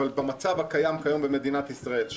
אבל במצב הקיים היום במדינת ישראל,